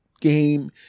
game